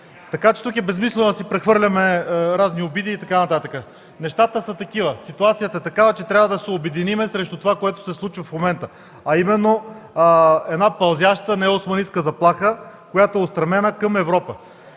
Европа. Тук е безсмислено да си прехвърляме разни обиди. Ситуацията е такава, че трябва да се обединим срещу това, което се случва в момента, а именно една пълзяща неоосманистка заплаха, която е устремена към Европа.